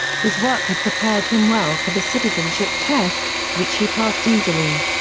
his work had prepared him well for the citizenship test, which he passed easily.